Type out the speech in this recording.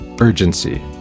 urgency